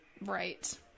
Right